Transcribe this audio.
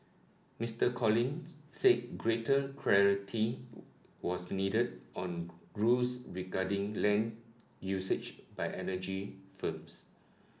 Mister Collins said greater clarity was needed on rules regarding land usage by energy firms